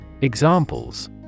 Examples